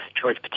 George